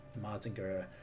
mazinger